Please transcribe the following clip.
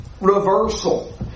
reversal